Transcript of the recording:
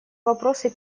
вопросы